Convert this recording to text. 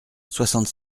soixante